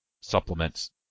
supplements